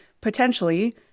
potentially